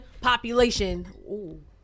population